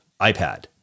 iPad